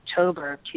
October